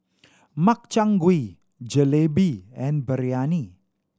Makchang Gui Jalebi and Biryani